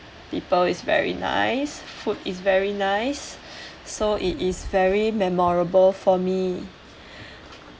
people is very nice food is very nice so it is very memorable for me